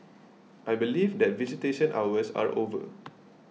I believe that visitation hours are over